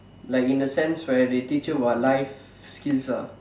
like in the sense right they teach you about life skills ah